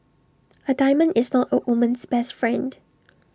A diamond is not A woman's best friend